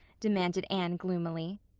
demanded anne gloomily.